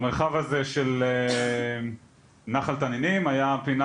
המרחב הזה של נחל תנינים היה הפינה